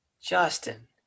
Justin